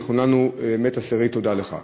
וכולנו באמת אסירי תודה לך.